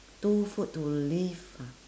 two food to live ah